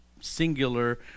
singular